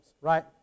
right